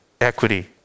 equity